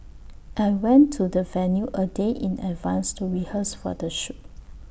I went to the venue A day in advance to rehearse for the shoot